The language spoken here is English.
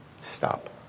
Stop